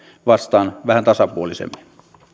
vastaan vähän tasapuolisemmin